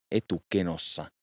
etukenossa